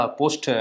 post